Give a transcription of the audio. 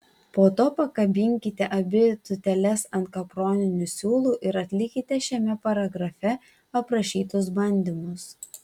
po to pakabinkite abi tūteles ant kaproninių siūlų ir atlikite šiame paragrafe aprašytus bandymus